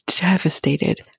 devastated